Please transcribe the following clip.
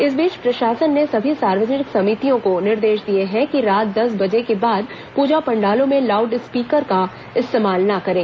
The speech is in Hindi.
इस बीच प्रशासन ने सभी सार्वजनिक सभितियों को निर्देश दिए हैं कि रात दस बजे के बाद पूजा पंडालों में लाउड स्पीकर ना इस्तेमाल ना करें